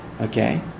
Okay